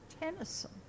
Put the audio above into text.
Tennyson